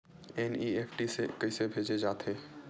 NEFT ले कइसे भेजे जाथे?